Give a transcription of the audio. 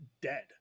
Dead